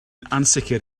ansicr